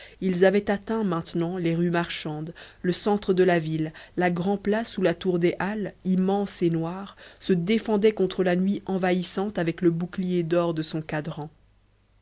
ils avaient atteint maintenant les rues marchandes le centre de la ville la grand'place où la tour des halles immense et noire se défendait contre la nuit envahissante avec le bouclier d'or de son cadran